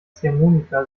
ziehharmonika